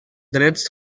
drets